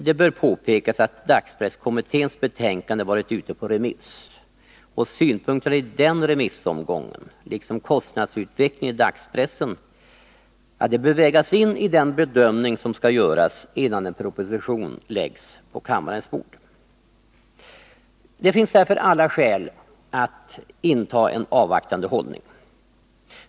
Det bör påpekas att dagspresskommitténs betänkande varit ute på remiss, och de synpunkter som kommit fram iden remissomgången bör liksom kostnadsutvecklingen i dagspressen vägas in i den bedömning som skall göras, innan en proposition läggs på kammarens bord. Det finns därför alla skäl att inta en avvaktande hållning.